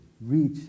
reach